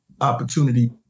opportunity